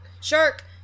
shark